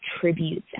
tributes